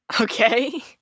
Okay